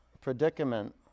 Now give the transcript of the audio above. predicament